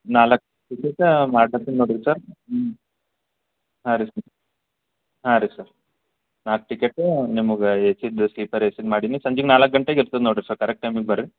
ನಾಲ್ಕು ಟಿಕೀಟ ಮಾಡ್ಲು ಹತ್ತೀನಿ ನೋಡಿ ಸರ್ ಹ್ಞೂ ಹಾಂ ರೀ ಹಾಂ ರೀ ಸರ್ ನಾಲ್ಕು ಟಿಕೆಟು ನಿಮಗೆ ಎ ಸಿದು ಸ್ಲೀಪರ್ ಎ ಸಿದು ಮಾಡೇನಿ ಸಂಜೆ ನಾಲ್ಕು ಗಂಟೆಗ್ ಇರ್ತದೆ ನೋಡಿರಿ ಸರ್ ಕರೆಕ್ಟ್ ಟೈಮಿಗೆ ಬನ್ರಿ